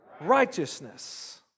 righteousness